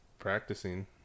Practicing